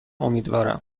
امیدوارم